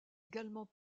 également